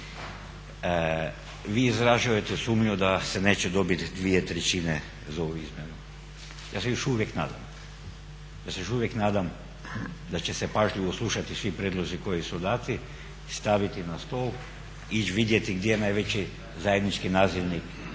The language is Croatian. Vi izražavate sumnju da se neće dobiti dvije trećine za ovu izmjenu. Ja se još uvijek nadam da će se pažljivo slušati svi prijedlozi koji su dati i staviti na stol, vidjeti gdje je najveći zajednički nazivnik